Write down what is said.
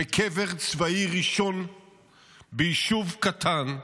בקבר צבאי ראשון ביישוב קטן.